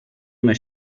una